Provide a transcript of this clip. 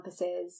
campuses